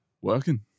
Working